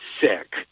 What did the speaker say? sick